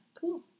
Cool